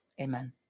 Amen